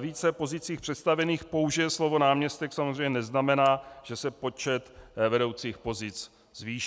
více pozicích představených použije slovo náměstek, samozřejmě neznamená, že se počet vedoucích pozic zvýší.